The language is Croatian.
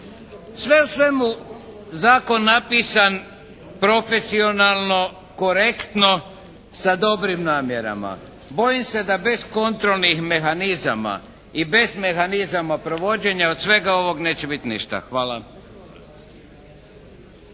Sve u svemu zakon napisan profesionalno, korektno sa dobrim namjerama. Bojim se da bez kontrolnih mehanizama i bez mehanizama provođenja od svega ovog neće biti ništa. Hvala.